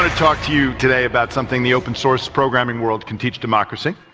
talk to you today about something the open source programming world can teach democracy,